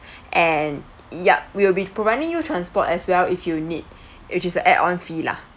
and yup we'll be providing you transport as well if you need which is the add on fee lah